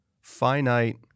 finite